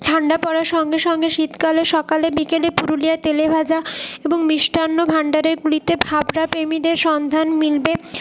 ঠান্ডা পড়ার সঙ্গে সঙ্গে শীতকালে সকালে বিকালে পুরুলিয়ার তেলে ভাজা এবং মিষ্টান্ন ভাণ্ডারগুলিতে ভাভরা প্রেমিদের সন্ধান মিলবে